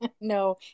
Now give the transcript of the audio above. No